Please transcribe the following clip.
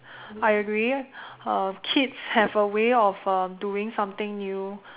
I agree uh kids have a way of uh doing something new